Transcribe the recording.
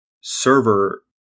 server